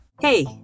hey